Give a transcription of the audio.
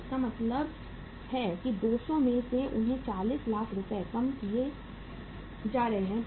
तो इसका मतलब है कि 200 में से उन्हें 40 लाख रुपये कम किए जा रहे हैं